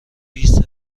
بیست